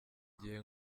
gihe